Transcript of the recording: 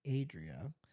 Adria